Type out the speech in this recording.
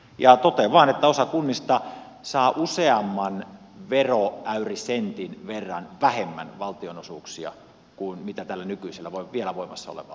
totean vain että osa kunnista saa useamman veroäyrisentin verran vähemmän valtionosuuksia kuin tällä nykyisellä vielä voimassa olevalla jakokriteerillä